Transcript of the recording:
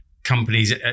companies